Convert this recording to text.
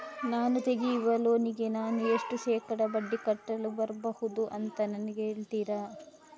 ನಾನು ತೆಗಿಯುವ ಲೋನಿಗೆ ನಾನು ಎಷ್ಟು ಶೇಕಡಾ ಬಡ್ಡಿ ಕಟ್ಟಲು ಬರ್ಬಹುದು ಅಂತ ನನಗೆ ಹೇಳ್ತೀರಾ?